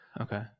okay